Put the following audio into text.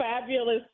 fabulous